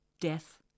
Death